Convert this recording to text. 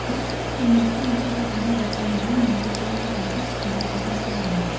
បាយឆា និង មីឆា គឺជាជម្រើសដ៏ពេញនិយម និងងាយស្រួលរកបំផុតសម្រាប់អាហារពេលល្ងាច ។